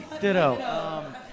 Ditto